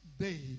day